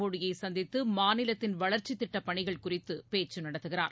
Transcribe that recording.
மோடியை சந்தித்து மாநிலத்தின் வளர்ச்சித் திட்டப் பணிகள் குறித்து பேச்சு நடத்துகிறார்